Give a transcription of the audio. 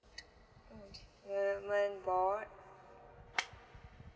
mm development board